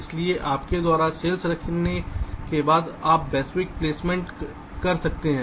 इसलिए आपके द्वारा सेल्स रखने के बाद आप वैश्विक प्लेसमेंट कर सकते हैं